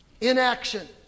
inaction